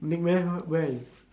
they meet her when